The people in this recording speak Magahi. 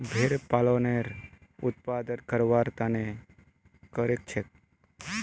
भेड़ पालन उनेर उत्पादन करवार तने करछेक